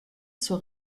zur